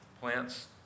Plants